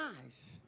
eyes